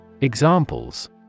Examples